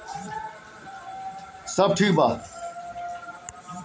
वार्षिकी भुगतान में बचत खाता, मासिक गृह बंधक भुगतान अउरी पेंशन भुगतान होला